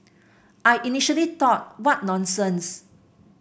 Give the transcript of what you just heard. I initially thought what nonsense